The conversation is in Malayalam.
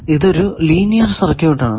ഇതൊരു ലീനിയർ സർക്യൂട് ആണ്